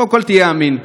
קודם כול תהיה אמין.